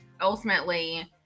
ultimately